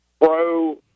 pro